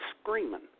screaming